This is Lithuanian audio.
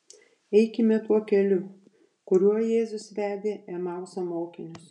eikime tuo keliu kuriuo jėzus vedė emauso mokinius